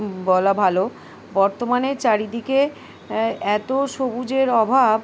বলা ভালো বর্তমানে চারিদিকে এত সবুজের অভাব